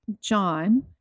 John